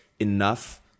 enough